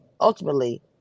Ultimately